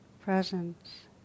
presence